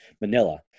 Manila